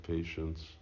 Patience